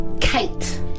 Kate